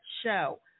show